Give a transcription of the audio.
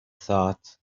thought